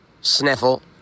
sniffle